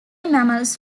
mammals